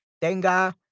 Tenga